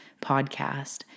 podcast